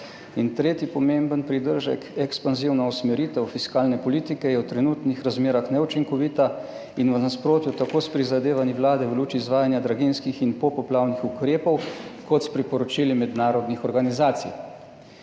In tretji pomemben pridržek, ekspanzivna usmeritev fiskalne politike je v trenutnih razmerah neučinkovita in v nasprotju tako s prizadevanji Vlade v luči izvajanja draginjskih in popoplavnih ukrepov kot s priporočili mednarodnih organizacij.